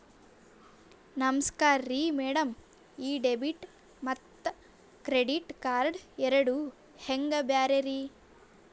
ನಮಸ್ಕಾರ್ರಿ ಮ್ಯಾಡಂ ಈ ಡೆಬಿಟ ಮತ್ತ ಕ್ರೆಡಿಟ್ ಕಾರ್ಡ್ ಎರಡೂ ಹೆಂಗ ಬ್ಯಾರೆ ರಿ?